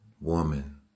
Woman